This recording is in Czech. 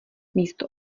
místo